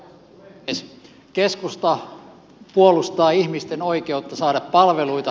keskusta puolustaa ihmisten oikeutta saada palveluita